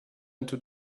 into